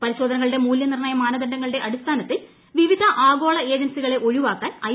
പരിശോധനകളുടെ മൂലൃനിർണ്ണയ മാനദണ്ഡങ്ങളുടെ അടിസ്ഥാനത്തിൽ വിവിധ ആഗോള ഏജൻസികളെ ഒഴിവാക്കാൻ ഐ